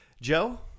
Joe